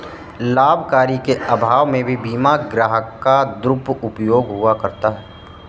जानकारी के अभाव में भी बीमा ग्राहक का दुरुपयोग हुआ करता है